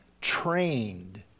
trained